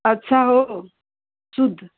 अच्छा हो शुद्ध